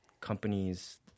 companies